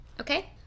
Okay